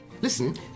listen